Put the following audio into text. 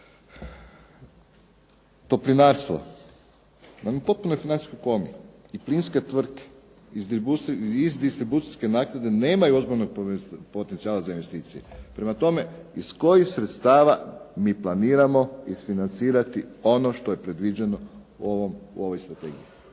Toplinarstvo nam je u potpunoj financijskoj komi i plinske tvrtke iz distribucijske naknade nemaju ozbiljnog potencijala za investicije. Prema tome, iz kojih sredstava mi planiramo isfinancirati ono što je predviđeno u ovoj strategiji.